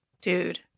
Dude